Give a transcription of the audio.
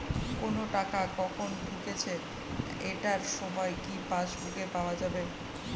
কোনো টাকা কখন ঢুকেছে এটার সময় কি পাসবুকে পাওয়া যাবে?